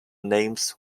names